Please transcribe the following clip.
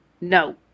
No